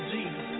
Jesus